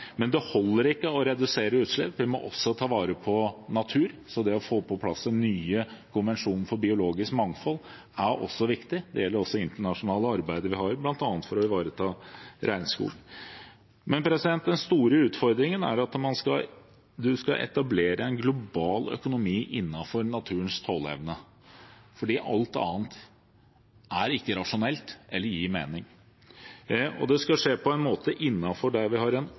men det holder ikke å redusere utslipp. Vi må også ta vare på natur, så det å få på plass den nye konvensjonen for biologisk mangfold er også viktig. Det gjelder også det internasjonale arbeidet vi har for bl.a. å ivareta regnskog. Den store utfordringen er at man skal etablere en global økonomi innenfor naturens tåleevne. Alt annet er ikke rasjonelt og gir ikke mening. Det skal også skje innenfor en åpen økonomi og en fri handel, for dette må henge nøye sammen med det samarbeidet vi